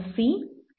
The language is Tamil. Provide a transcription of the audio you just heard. C D